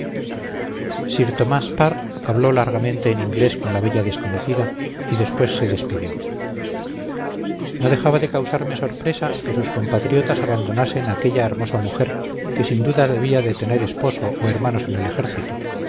sir tomás parr habló largamente en inglés con la bella desconocida y después se despidió no dejaba de causarme sorpresa que sus compatriotas abandonasen a aquella hermosa mujer que sin duda debía de tener esposo o hermanos en el ejército